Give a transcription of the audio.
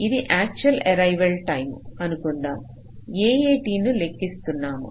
ఇది actual arrival time అనుకుందాం AAT ను లెక్కిస్తున్నాము